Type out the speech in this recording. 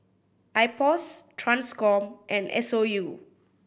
IPOS Transcom and S O U